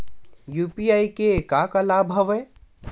UPI के का का लाभ हवय?